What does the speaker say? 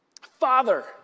Father